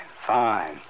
Fine